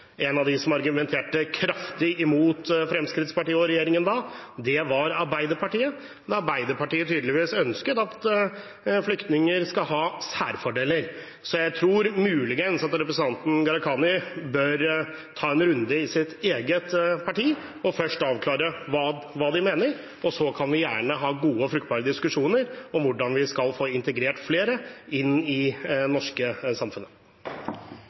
avklare hva de mener, og så kan vi gjerne ha gode og fruktbare diskusjoner om hvordan vi skal få integrert flere i det norske samfunnet.